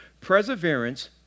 perseverance